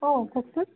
অঁ কওকচোন